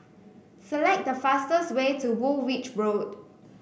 select the fastest way to Woolwich Road